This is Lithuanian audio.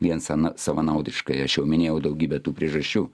vien sen savanaudiškai aš jau minėjau daugybę tų priežasčių